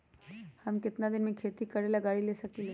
हम केतना में खेती करेला गाड़ी ले सकींले?